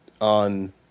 on